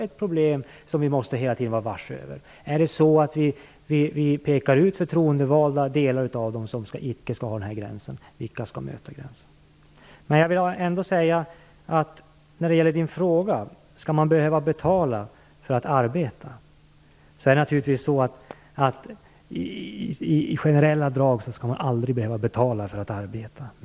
Vi får problem, som vi också måste vara varse, om vi skall peka ut grupper bland de förtroendevalda som inte skall beröras av gränsen. När det gäller Carl Fredrik Grafs fråga om man skall behöva betala för att arbeta, är det naturligtvis i generella drag så att man aldrig skall behöva betala för att arbeta.